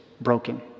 broken